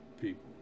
people